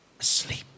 asleep